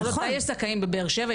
יש זכאים בבאר שבע,